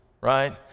Right